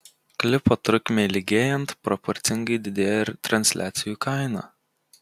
klipo trukmei ilgėjant proporcingai didėja ir transliacijų kaina